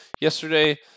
yesterday